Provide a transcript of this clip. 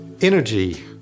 energy